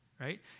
right